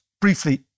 briefly